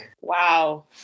Wow